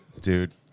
dude